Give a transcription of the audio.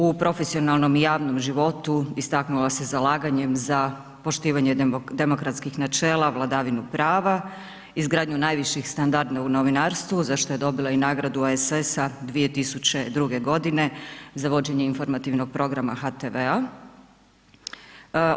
U profesionalnom i javnom životu istaknula se zalaganjem za poštivanje demokratskih načela i vladavinu prava, izgradnju najviših standarda u novinarstvu, za što je dobila i nagradu ASS-a 2002. godine za vođenje informativnog programa HRT-a.